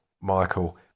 Michael